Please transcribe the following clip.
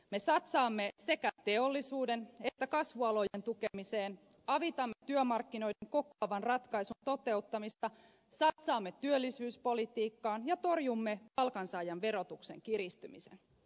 me satsaamme sekä teollisuuden että kasvualojen tukemiseen avitamme työmarkkinoiden kokoavan ratkaisun toteuttamista satsaamme työllisyyspolitiikkaan ja torjumme palkansaajan verotuksen kiristymisen